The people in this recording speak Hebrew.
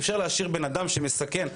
אי אפשר להשאיר בן אדם שמסכן בחוץ.